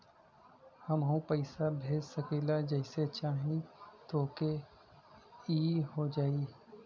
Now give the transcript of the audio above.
हमहू पैसा भेज सकीला जेके चाही तोके ई हो जाई?